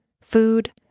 food